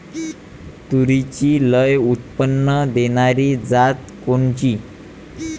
तूरीची लई उत्पन्न देणारी जात कोनची?